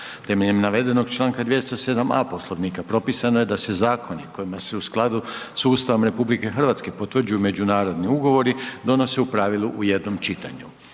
Temeljem navedenog članka 207. a Poslovnika, propisano je da se zakoni kojima se u skladu sa Ustavom RH potvrđuju međunarodni ugovori, donose u pravilu u jednom čitanju.